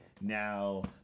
Now